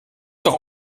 doch